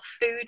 food